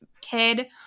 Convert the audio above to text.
kid